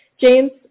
James